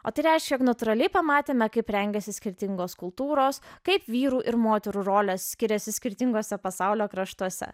o tai reiškia kad natūraliai pamatėme kaip rengiasi skirtingos kultūros kaip vyrų ir moterų rolės skiriasi skirtinguose pasaulio kraštuose